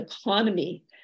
economy